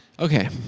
Okay